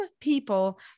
people